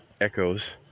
Echoes